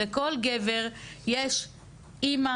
לכל גבר יש אימא,